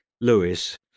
Lewis